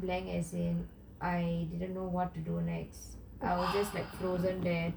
I went blank as in I didn't know what to do next I was just like frozen there